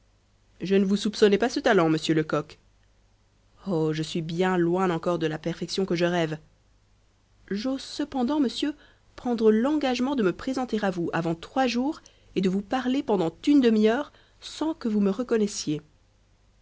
je ne vous soupçonnais pas ce talent monsieur lecoq oh je suis bien loin encore de la perfection que je rêve j'ose cependant monsieur prendre l'engagement de me présenter à vous avant trois jours et de vous parler pendant une demi-heure sans que vous me reconnaissiez